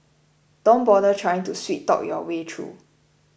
don't bother trying to sweet talk your way through